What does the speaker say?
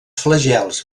flagels